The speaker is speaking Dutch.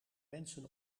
mensen